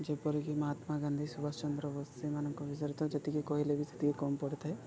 ଯେପରିକି ମହାତ୍ମା ଗାନ୍ଧୀ ସୁଭଷ ଚନ୍ଦ୍ର ବୋଷ ସେମାନଙ୍କ ବିଷୟରେ ତ ଯେତିକି କହିଲେ ବି ସେତିକି କମ୍ ପଡ଼ିଥାଏ